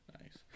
nice